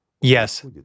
Yes